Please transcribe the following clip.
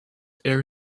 air